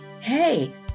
hey